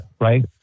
right